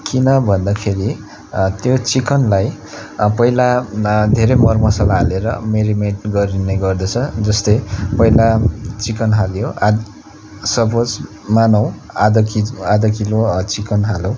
किन भन्दाखेरि त्यो चिकनलाई पहिला धेरै मर मसाला हालेर मेरिनेट गरिने गर्दछ जस्तै पहिला चिकन हाल्यो अद सपोज मानौँ आधा केज आधा किलो चिकन हालौँ